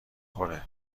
پره